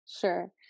Sure